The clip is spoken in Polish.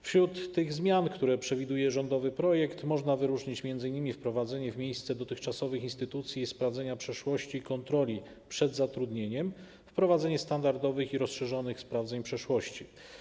Wśród zmian, które przewiduje rządowy projekt, można wyróżnić m.in. wprowadzenie, w miejsce dotychczasowych instytucji, sprawdzenia przeszłości i kontroli przed zatrudnieniem, wprowadzenie standardowych i rozszerzonych sprawdzeń przeszłości.